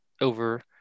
over